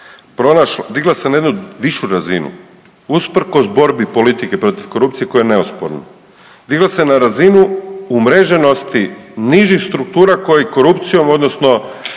digla se na jednu višu razinu usprkos borbi politike protiv korupcije koja je neosporna. Digla se na razinu umreženosti nižih struktura koji korupcijom odnosno